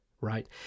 right